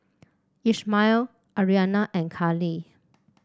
Ishmael Arianna and Callie